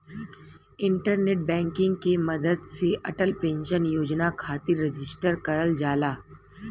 internet banking के मदद से अटल पेंशन योजना खातिर रजिस्टर करल जाला